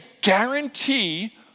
guarantee